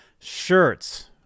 shirts